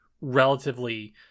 relatively